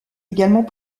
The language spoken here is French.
également